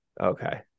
Okay